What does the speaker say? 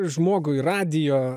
žmogui radijo